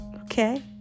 Okay